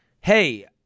hey